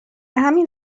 همین